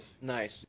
Nice